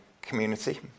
community